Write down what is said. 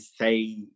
say